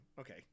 Okay